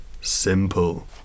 Simple